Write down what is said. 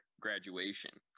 graduation